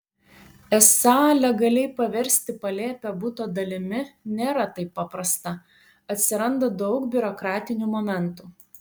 esą legaliai paversti palėpę buto dalimi nėra taip paprasta atsiranda daug biurokratinių momentų